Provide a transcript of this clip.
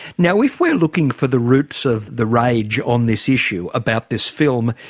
now if we're looking for the roots of the rage on this issue, about this film,